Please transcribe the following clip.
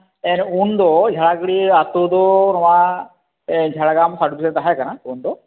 ᱩᱱ ᱫᱚ ᱡᱷᱟᱲᱟᱜᱟᱹᱲᱭᱟᱹ ᱟᱛᱳ ᱫᱚ ᱱᱚᱣᱟ ᱡᱷᱟᱲᱜᱨᱟᱢ ᱯᱷᱮᱰ ᱨᱮᱜᱮ ᱛᱟᱦᱮᱸ ᱠᱟᱱᱟ ᱩᱱᱫᱚ